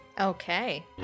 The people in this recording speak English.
Okay